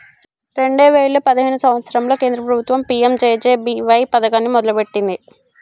రెండే వేయిల పదిహేను సంవత్సరంలో కేంద్ర ప్రభుత్వం పీ.యం.జే.జే.బీ.వై పథకాన్ని మొదలుపెట్టింది